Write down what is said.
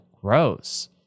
gross